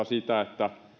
sitä että